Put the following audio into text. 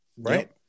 Right